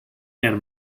anna